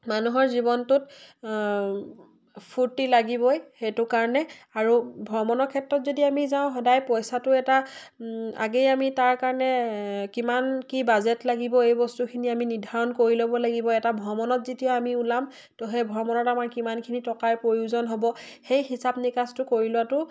মানুহৰ জীৱনটোত ফূৰ্তি লাগিবই সেইটো কাৰণে আৰু ভ্ৰমণৰ ক্ষেত্ৰত যদি আমি যাওঁ সদায় পইচাটো এটা আগেই আমি তাৰ কাৰণে কিমান কি বাজেট লাগিব এই বস্তুখিনি আমি নিৰ্ধাৰণ কৰি ল'ব লাগিব এটা ভ্ৰমণত যেতিয়া আমি ওলাম তো সেই ভ্ৰমণত আমাৰ কিমানখিনি টকাৰ প্ৰয়োজন হ'ব সেই হিচাপ নিকাজটো কৰি লোৱাটো